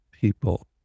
people